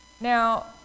Now